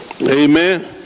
Amen